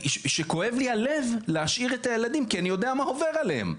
שכואב לי הלב להשאיר את הילדים כי אני יודע מה עובר עליהם.